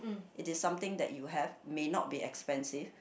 it is something that you have may not be expensive